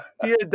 dear